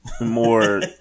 more